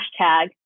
hashtag